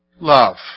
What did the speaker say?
Love